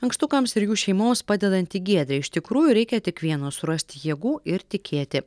ankstukams ir jų šeimoms padedanti giedrė iš tikrųjų reikia tik vieno surasti jėgų ir tikėti